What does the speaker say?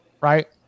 Right